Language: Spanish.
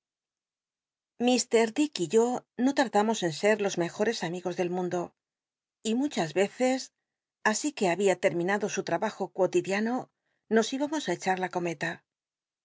dick y yo no l udamos en ser los mejores amigos del mundo y muchas veces así que habia terminado su abaj o cholidiano nos íbamos tí echar la cometa